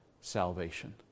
salvation